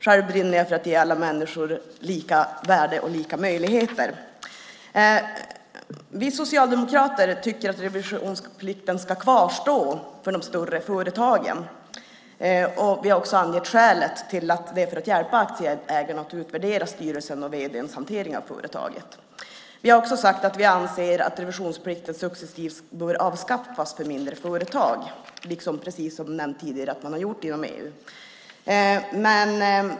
Själv brinner jag för att ge alla människor lika värde och lika möjligheter. Vi socialdemokrater tycker att revisionsplikten ska kvarstå för de större företagen. Vi har också angett att skälet är för att hjälpa aktieägarna att utvärdera styrelsens och vd:ns hantering av företaget. Vi har också sagt att vi anser att revisionsplikten successivt bör avskaffas för mindre företag, precis som nämnts tidigare har skett inom EU.